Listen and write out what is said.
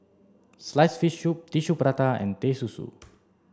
sliced fish soup tissue prata and Teh Susu